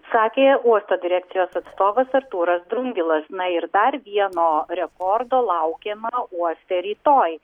sakė uosto direkcijos atstovas artūras drungilas na ir dar vieno rekordo laukiama uoste rytoj